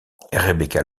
rebecca